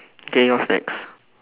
K what's next